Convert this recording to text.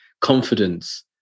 confidence